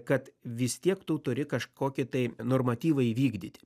kad vis tiek tu turi kažkokį tai normatyvą įvykdyti